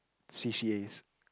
c_c_as